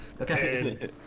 Okay